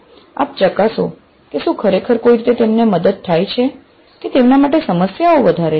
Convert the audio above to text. આપ ચકાસો કે શું ખરેખર કોઈ રીતે તેમને મદદ થાય છે કે તેમના માટે સમસ્યાઓ વધારે છ